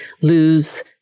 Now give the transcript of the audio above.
lose